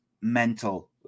mental